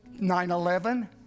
9-11